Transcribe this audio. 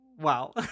Wow